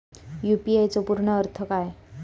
UPI चो पूर्ण अर्थ काय?